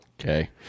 Okay